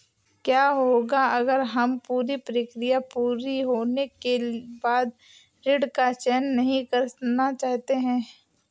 क्या होगा अगर हम पूरी प्रक्रिया पूरी होने के बाद ऋण का चयन नहीं करना चाहते हैं?